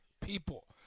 people